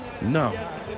No